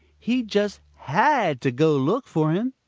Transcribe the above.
he just had to go look for him.